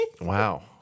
wow